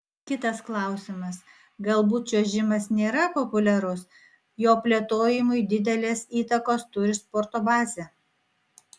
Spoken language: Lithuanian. kitas klausimas galbūt čiuožimas nėra populiarus jo plėtojimui didelės įtakos turi sporto bazė